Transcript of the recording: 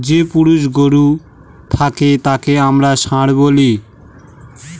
যে পুরুষ গরু থাকে তাকে আমরা ষাঁড় বলি